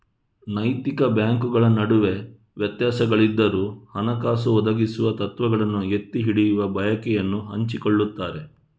ನೈತಿಕ ಬ್ಯಾಂಕುಗಳ ನಡುವೆ ವ್ಯತ್ಯಾಸಗಳಿದ್ದರೂ, ಹಣಕಾಸು ಒದಗಿಸುವ ತತ್ವಗಳನ್ನು ಎತ್ತಿ ಹಿಡಿಯುವ ಬಯಕೆಯನ್ನು ಹಂಚಿಕೊಳ್ಳುತ್ತಾರೆ